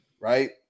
right